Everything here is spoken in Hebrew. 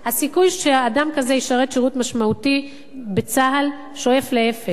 הסיכוי שאדם כזה ישרת שירות משמעותי בצה"ל שואף לאפס.